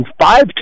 five